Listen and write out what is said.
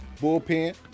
bullpen